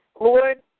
Lord